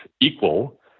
equal